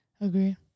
Agree